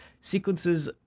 sequences